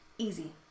Easy